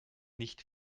nicht